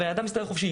הבן אדם מסתובב חופשי,